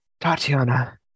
Tatiana